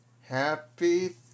happy